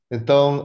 Então